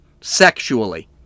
sexually